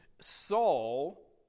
Saul